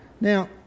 now